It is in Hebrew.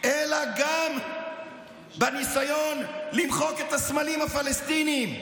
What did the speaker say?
אלא גם בניסיון למחוק את הסמלים הפלסטינים,